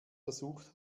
versucht